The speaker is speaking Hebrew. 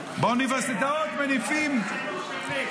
באוניברסיטאות מניפים -- מערכת החינוך של מי?